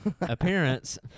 Appearance